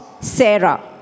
Sarah